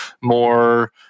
more